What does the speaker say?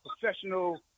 professional